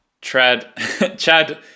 Chad